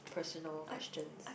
personal questions